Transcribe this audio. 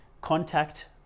contact